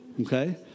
Okay